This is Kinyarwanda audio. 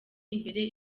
imbere